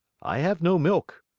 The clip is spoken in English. i have no milk.